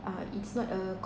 uh it's not a